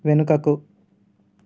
వెనుకకు